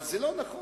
זה לא נכון.